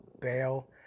bail